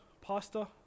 pasta